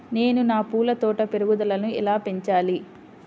నేను నా పూల తోట పెరుగుదలను ఎలా పెంచాలి?